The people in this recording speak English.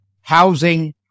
housing